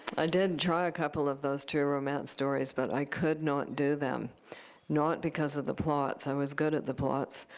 i did try a couple of those true romance stories, but i could not do them not because of the plots. i was good at the plots.